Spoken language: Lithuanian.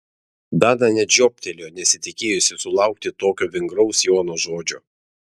dana net žiobtelėjo nesitikėjusi sulaukti tokio vingraus jono žodžio